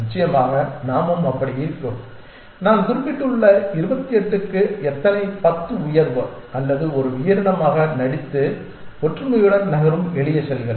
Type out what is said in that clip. நிச்சயமாக நாமும் அப்படி இருக்கிறோம் நான் குறிப்பிட்டுள்ள 28 க்கு எத்தனை 10 உயர்வு அல்லது ஒரு உயிரினமாக நடித்து ஒற்றுமையுடன் நகரும் எளிய செல்கள்